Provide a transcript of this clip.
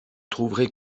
trouverai